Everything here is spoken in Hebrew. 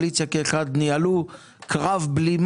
אני אדם שמאמין בשוק חופשי,